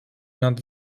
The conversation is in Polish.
nad